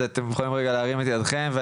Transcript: אתם יכולים להרים את ידכם.